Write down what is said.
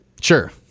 sure